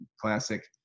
classic